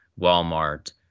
Walmart